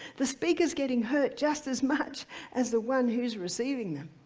the speaker is getting hurt just as much as the one who's receiving them,